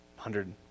hundred